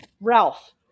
Ralph